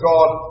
God